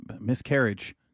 miscarriage